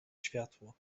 światło